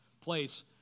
place